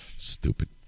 Stupid